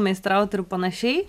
meistraut ir panašiai